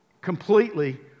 completely